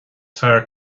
fearr